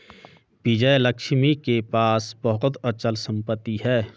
विजयलक्ष्मी के पास बहुत अचल संपत्ति है